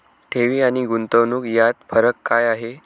ठेवी आणि गुंतवणूक यात फरक काय आहे?